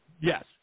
Yes